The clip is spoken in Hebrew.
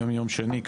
היום יום שני,